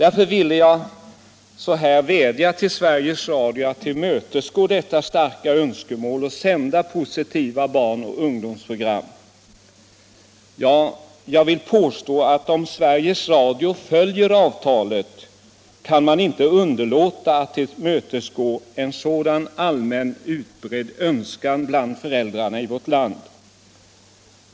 Jag vill därför vädja till Sveriges Radio att tillmötesgå detta starka önskemål att sända positiva barnoch ungdomsprogram. Ja, jag vill påstå att om Sveriges Radio följer avtalet kan man inte underlåta att tillmötesgå en så allmänt utbredd önskan bland föräldrarna i vårt land.